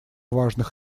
важных